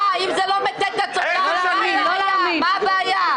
מה הבעיה?